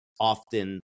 often